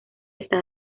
está